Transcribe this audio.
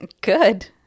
Good